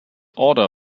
order